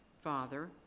Father